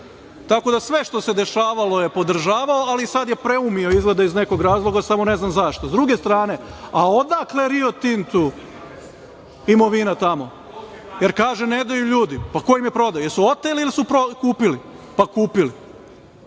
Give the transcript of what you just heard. dakle sve što se dešavalo je podržavao, ali je sada preumio iz nekog razloga, a ne znam zašto. Sa druge strane, odakle Rio Tintu imovina tamo, jer kaže, ne daju ljudi, pa ko im je prodao, jel su oteli ili su kupili? Pa kupili